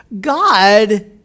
God